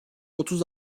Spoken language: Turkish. otuz